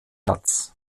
platz